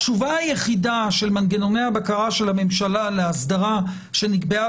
התשובה היחידה של מנגנוני הבקרה של הממשלה לאסדרה שנקבעה